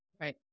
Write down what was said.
Right